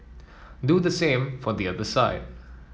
do the same for the other side